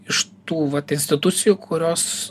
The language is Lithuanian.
iš tų vat institucijų kurios